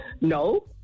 No